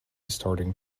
starting